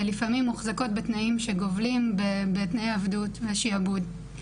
לפעמים הן מוחזקות בתנאים שגובלים בתנאי עבדות ושיעבוד.